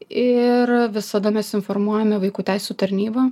ir visada mes informuojame vaikų teisių tarnybą